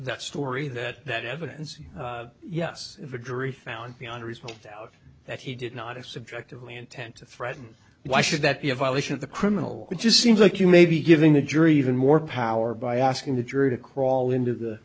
that story that that evidence yes if a jury found beyond reasonable doubt that he did not have subjectively intent to threaten why should that be a violation of the criminal it just seems like you may be giving the jury even more power by asking the jury to crawl into the